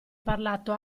parlato